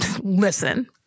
Listen